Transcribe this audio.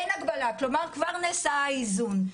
אין הגבלה, כלומר כבר נעשה האיזון.